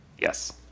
yes